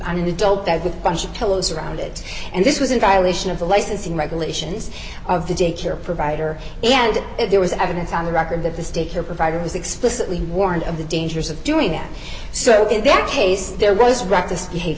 on an adult that with a bunch of pillows around it and this was in violation of the licensing regulations of the daycare provider and there was evidence on the record that the sticker was explicitly warned of the dangers of doing that so in that case there was